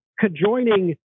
conjoining